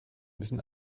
müssen